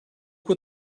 what